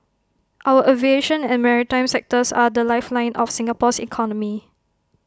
our aviation and maritime sectors are the lifeline of Singapore's economy